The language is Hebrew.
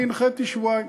אני הנחיתי: שבועיים.